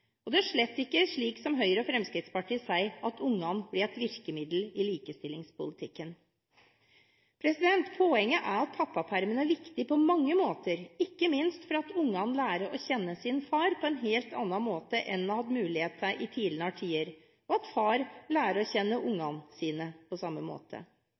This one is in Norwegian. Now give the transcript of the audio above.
Det er slett ikke slik som Høyre og Fremskrittspartiet sier, at ungene blir et virkemiddel i likestillingspolitikken. Poenget er at pappapermen er viktig, på mange måter – ikke minst fordi barna lærer å kjenne sin far på en helt annen måte enn en har hatt mulighet til i tidligere tider – og at far på samme måte lærer å kjenne